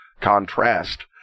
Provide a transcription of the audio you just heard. contrast